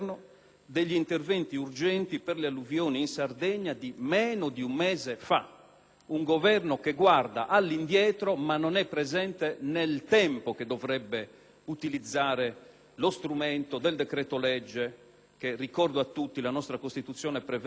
Un Governo che guarda all'indietro, ma non è presente nel tempo che dovrebbe utilizzare lo strumento del decreto-legge, che - lo ricordo a tutti - la nostra Costituzione prevede per casi straordinari di necessità e urgenza. [**Presidenza del vice